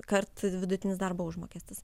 kart vidutinis darbo užmokestis